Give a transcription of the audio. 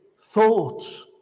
thoughts